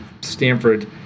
Stanford